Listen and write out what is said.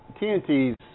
TNT's